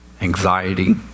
anxiety